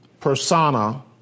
persona